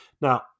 Now